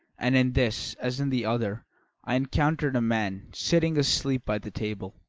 and in this as in the other i encountered a man sitting asleep by the table.